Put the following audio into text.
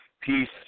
Peace